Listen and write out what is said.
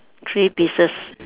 three pieces